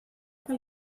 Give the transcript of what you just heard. que